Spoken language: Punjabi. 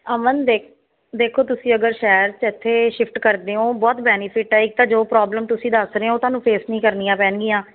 ਅਮਨ ਦੇ ਦੇਖੋ ਤੁਸੀਂ ਅਗਰ ਸ਼ਹਿਰ ਚ ਇਥੇ ਸ਼ਿਫਟ ਕਰਦੇ ਹੋ ਬਹੁਤ ਬੈਨੀਫਿਟ ਆ ਇੱਕ ਤਾਂ ਜੋ ਪ੍ਰੋਬਲਮ ਤੁਸੀਂ ਦੱਸ ਰਹੇ ਹੋ ਤੁਹਾਨੂੰ ਫੇਸ ਨਹੀਂ ਕਰਨੀ ਪੈਣਗੀਆਂ